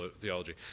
theology